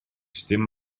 dim